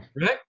Right